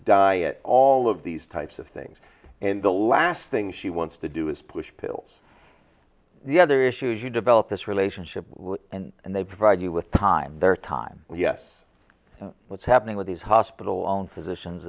diet all of these types of things and the last thing she wants to do is push pills the other issues you develop this relationship and they provide you with time their time yes what's happening with these hospital and physicians